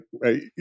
right